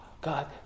God